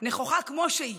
נכוחה כמו שהיא?